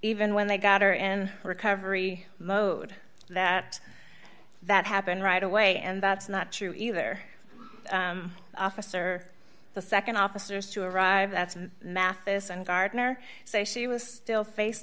even when they got or in recovery mode that that happened right away and that's not true either officer the nd officers to arrive at mathis and gardner say she was still face